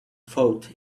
thought